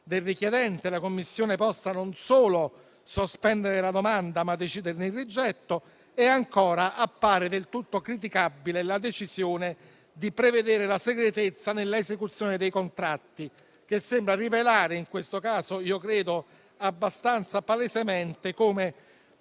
del richiedente, la commissione possa non solo sospendere la domanda, ma deciderne il rigetto; ancora, appare del tutto criticabile la decisione di prevedere la segretezza nell'esecuzione dei contratti, che sembra rivelare - in questo caso credo abbastanza palesemente - come